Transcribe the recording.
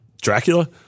Dracula